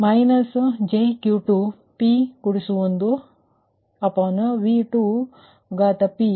ಆದ್ದರಿಂದ ನೀವು minus jQ2p1upon∗ ಹಾಕಬಹುದು ಮೈನಸ್ ಈ Y21V1 ಮೈನಸ್ Y23P3p ಇದರರ್ಥ Vc2